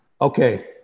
Okay